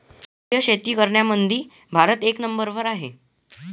सेंद्रिय शेती करनाऱ्याईमंधी भारत एक नंबरवर हाय